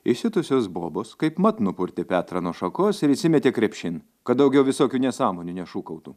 įsiutusios bobos kaipmat nupurtė petrą nuo šakos ir įsimetė krepšin kad daugiau visokių nesąmonių nešūkautų